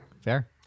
Fair